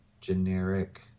generic